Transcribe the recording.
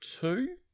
two